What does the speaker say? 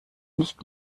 nicht